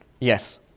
Yes